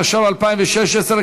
התשע"ו 2016,